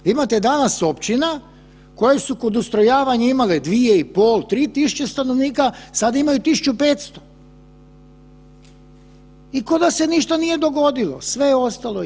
Imate danas općina koje su kod ustrojavanja imale 2.500, 3.000 stanovnika sada imaju 1.500 i ko da se ništa nije dogodilo, sve je ostalo isto.